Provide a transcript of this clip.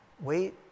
Wait